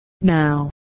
Now